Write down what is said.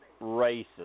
racist